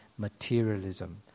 Materialism